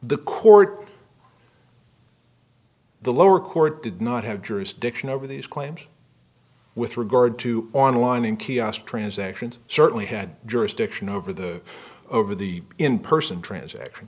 the court the lower court did not have jurisdiction over these claims with regard to online and kiosk transactions certainly had jurisdiction over the over the in person transaction